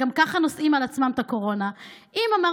וגם ככה נושאים על עצמם את הקורונה.